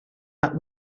but